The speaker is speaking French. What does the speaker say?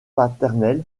paternels